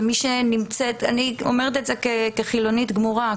ואני אומרת את זה כחילונית גמורה,